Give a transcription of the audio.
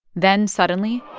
then suddenly,